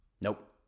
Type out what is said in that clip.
Nope